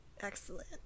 Excellent